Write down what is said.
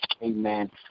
Amen